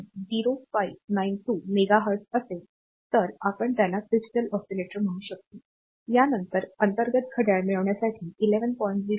0592 megahertz असेल तर आपण त्याला क्रिस्टल ऑस्सीलेटर म्हणू शकतो यानंतर अंतर्गत घड्याळ मिळविण्यासाठी 11